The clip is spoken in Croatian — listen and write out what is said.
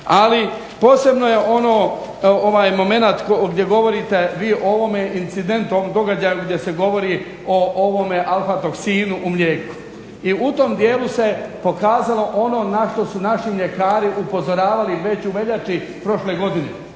Ali, posebno je ovaj momenat gdje govorite vi o ovome incidentnom događaju gdje se govori o alfa-toksinu u mlijeku. I u tom dijelu se pokazalo ono na što su naši mljekari upozoravali već u veljači prošle godine,